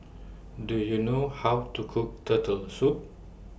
Do YOU know How to Cook Turtle Soup